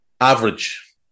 Average